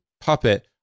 Puppet